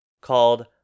called